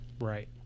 Right